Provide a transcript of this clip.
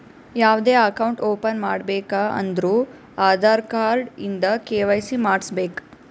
ಯಾವ್ದೇ account open ಮಾಡ್ಬೇಕ ಅಂದುರ್ ಆಧಾರ್ ಕಾರ್ಡ್ ಇಂದ ಕೆ.ವೈ.ಸಿ ಮಾಡ್ಸಬೇಕ್